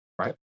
right